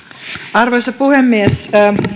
arvoisa puhemies